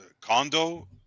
Condo